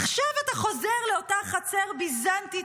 עכשיו אתה חוזר לאותה חצר ביזנטית,